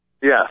Yes